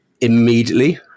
immediately